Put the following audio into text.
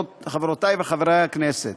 חברותיי וחבריי חברי הכנסת,